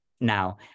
now